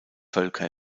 völker